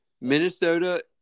Minnesota